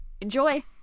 Enjoy